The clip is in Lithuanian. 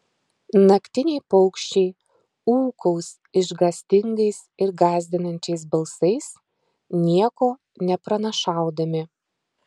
naktiniai paukščiai ūkaus išgąstingais ir gąsdinančiais balsais nieko nepranašaudami